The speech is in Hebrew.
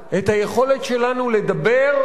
את היכולת שלנו לדבר,